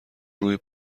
روی